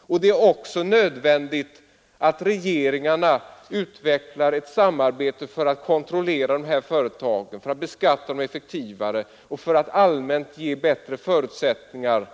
och det är också nödvändigt att regeringarna utvecklar ett samarbete för att kontrollera dessa företag, för att beskatta dem effektivare och för att allmänt skapa bättre förutsättningar